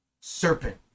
serpent